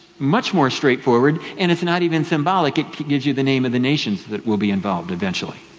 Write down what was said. much more straightforward, and it's not even symbolic, it gives you the name of the nations that will be involved eventually.